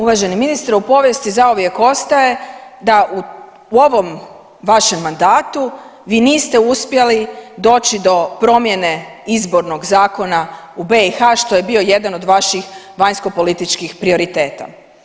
Uvaženi ministre u povijesti zauvijek ostaje da u ovom vašem mandatu vi niste uspjeli doći do promjene izbornog zakona u BiH što je bio jedan od vaših vanjskopolitičkih prioriteta.